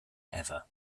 ever